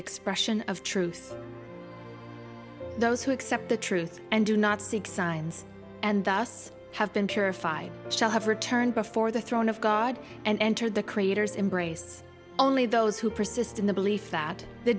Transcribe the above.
expression of truth those who accept the truth and do not seek signs and thus have been purify shall have returned before the throne of god and enter the creator's embrace only those who persist in the belief that the